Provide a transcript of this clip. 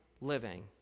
living